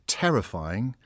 terrifying